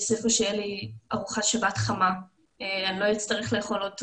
איפה שיש לי ארוחת שבת חמה ואני לא אצטרך לאכול עוד טונה,